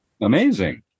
Amazing